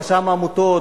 רשם העמותות,